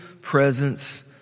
presence